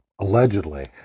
allegedly